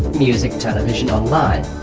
music television on-line